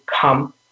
come